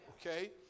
Okay